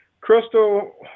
Crystal